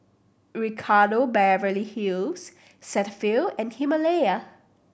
Ricardo Beverly Hills Cetaphil and Himalaya